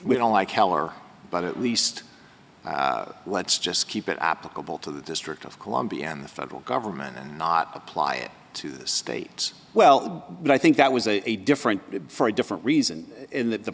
we don't like heller but at least let's just keep it applicable to the district of columbia and the federal government and not apply it to the states well i think that was a different for a different reason in that the